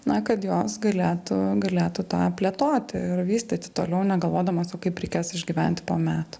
na kad jos galėtų galėtų tą plėtoti ir vystyti toliau negalvodamos o kaip reikės išgyventi po metų